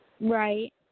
Right